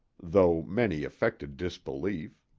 though many affected disbelief.